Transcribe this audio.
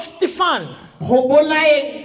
Stephen